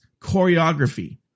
choreography